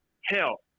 Hell